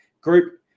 group